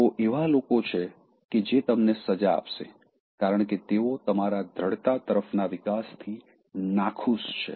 તેઓ એવા લોકો છે કે જે તમને સજા આપશે કારણકે તેઓ તમારા દ્દઢતા તરફના વિકાસથી નાખુશ છે